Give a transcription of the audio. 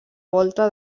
volta